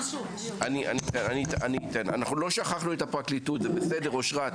אנחנו לא שכחנו את הפרקליטות, אשרת.